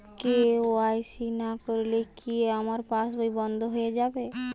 KYC না করলে কি আমার পাশ বই বন্ধ হয়ে যাবে?